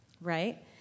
Right